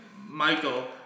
Michael